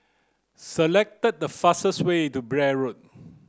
select the fastest way to Blair Road